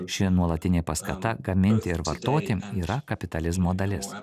ši nuolatinė paskata gaminti ir vartoti yra kapitalizmo dalis